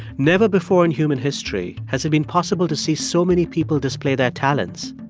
never before in human history has it been possible to see so many people display their talents,